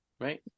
Right